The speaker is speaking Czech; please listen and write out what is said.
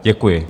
Děkuji.